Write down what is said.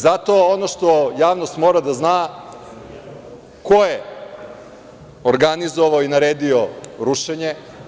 Zato ono što javnost mora da zna ko je organizovao i naredio rušenje?